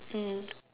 mm